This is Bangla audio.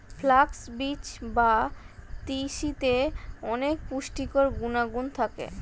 ফ্ল্যাক্স বীজ বা তিসিতে অনেক পুষ্টিকর গুণাগুণ থাকে